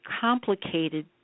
complicated